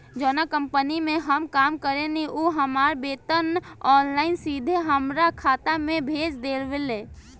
जावना कंपनी में हम काम करेनी उ हमार वेतन ऑनलाइन सीधे हमरा खाता में भेज देवेले